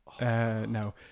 No